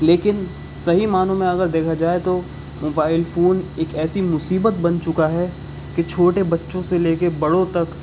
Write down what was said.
لیکن صحیح معنوں میں اگر دیکھا جائے تو موبائل فون ایک ایسی مصیبت بن چکا ہے کہ چھوٹے بچوں سے لے کے بڑوں تک